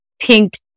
pink